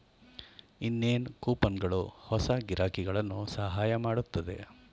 ಇನ್ನೇನ್ ಕೂಪನ್ಗಳು ಹೊಸ ಗಿರಾಕಿಗಳನ್ನು ಸಹಾಯ ಮಾಡುತ್ತದೆ